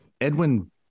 Edwin